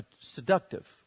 seductive